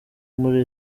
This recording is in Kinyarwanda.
muri